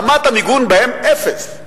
רמת המיגון בהם אפס.